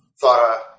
thought